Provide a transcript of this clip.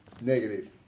negative